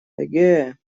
эге